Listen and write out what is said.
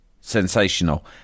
sensational